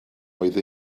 oedd